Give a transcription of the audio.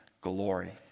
glory